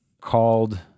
called